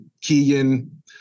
Keegan